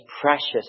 precious